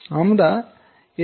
আমরা কীভাবে তা প্রকাশ করব